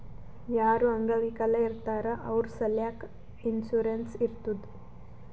ಯಾರು ಅಂಗವಿಕಲ ಇರ್ತಾರ್ ಅವ್ರ ಸಲ್ಯಾಕ್ ಇನ್ಸೂರೆನ್ಸ್ ಇರ್ತುದ್